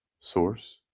Source